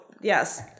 yes